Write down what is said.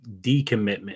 decommitment